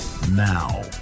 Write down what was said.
Now